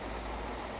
ya